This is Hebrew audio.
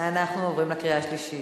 אנחנו עוברים לקריאה השלישית.